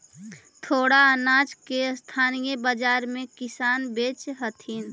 थोडा अनाज के स्थानीय बाजार में किसान बेचऽ हथिन